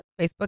Facebook